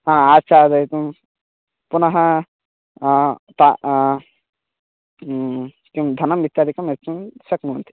हा आच्चादयितुं पुनः ता किं धनमित्यादिकं यच्चुं शक्नुवन्ति